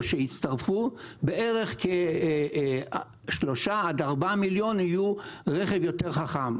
שיצטרפו כ-3 עד 4 מיליון יהיו רכב יותר חכם.